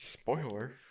Spoiler